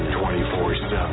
24-7